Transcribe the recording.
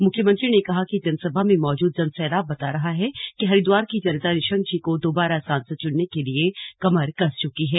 मुख्यमंत्री ने कहा कि जनसभा में मौजूद जनसैलाब बता रहा है कि हरिद्वार की जनता निशंक जी को दोबारा सांसद चुनने के लिए कमर कस चुकी है